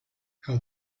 how